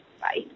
Bye